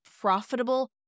profitable